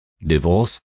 divorce